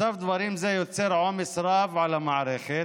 מצב דברים זה יוצר עומס רב על המערכת,